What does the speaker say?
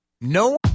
No